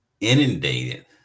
inundated